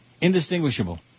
Indistinguishable